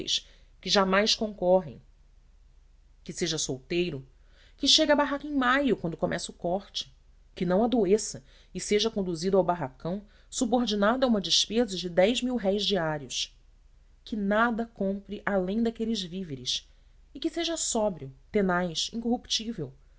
que jamais concorrem a que seja solteiro b que chegue à barraca em maio quando começa o corte c que não adoeça e seja conduzido ao barracão subordinado a uma despesa de diários d que nada compre além daqueles víveres e que seja sóbrio tenaz incorruptível